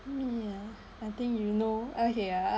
me ya I think you know okay ah